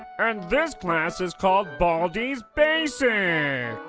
and this class is called baldi's basics.